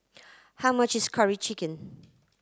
how much is curry chicken